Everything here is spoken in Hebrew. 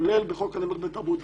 כולל בחוק הנאמנות בתרבות.